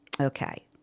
Okay